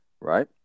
right